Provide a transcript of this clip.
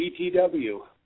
BTW